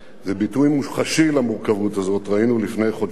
וביטוי מוחשי למורכבות הזאת ראינו לפני חודשיים,